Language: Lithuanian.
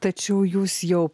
tačiau jūs jau